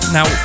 Now